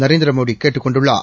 நரேந்திரமோடிகேட்டுக் கொண்டுள்ளார்